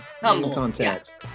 Context